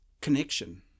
connection